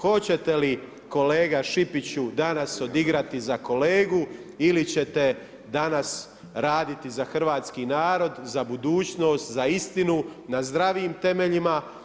Hoćete li kolega Šipiću danas odigrati za kolegu ili ćete danas raditi za hrvatski narod, za budućnost, za istinu, na zdravim temeljima?